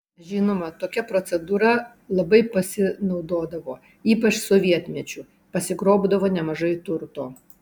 žinoma tokia procedūra labai pasinaudodavo ypač sovietmečiu pasigrobdavo nemažai turto